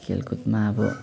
खेलकुदमा अब